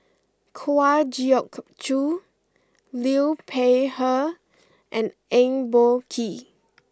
Kwa Geok Choo Liu Peihe and Eng Boh Kee